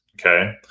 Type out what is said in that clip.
okay